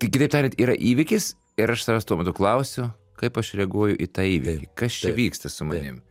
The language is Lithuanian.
tai kitaip tariant yra įvykis ir aš savęs tuo metu klausiu kaip aš reaguoju į tą įvykį kas čia vyksta su manim